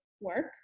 work